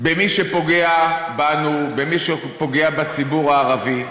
במי שפוגע בנו, במי שפוגע בציבור הערבי,